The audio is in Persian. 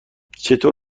چطور